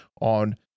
on